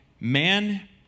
Man